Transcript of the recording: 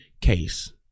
case